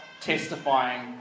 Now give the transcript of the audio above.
testifying